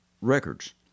records